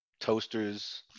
toasters